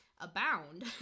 abound